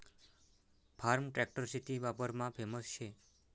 form tractor शेती वापरमा famous शे